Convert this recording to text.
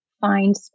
find